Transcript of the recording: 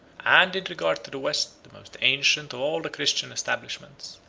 and, in regard to the west, the most ancient of all the christian establishments,